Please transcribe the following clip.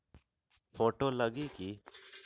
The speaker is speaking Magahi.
फोटो लगी कि?